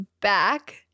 back